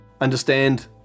understand